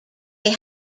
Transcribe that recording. they